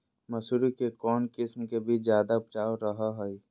मसूरी के कौन किस्म के बीच ज्यादा उपजाऊ रहो हय?